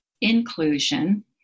inclusion